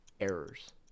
errors